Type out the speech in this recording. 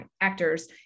actors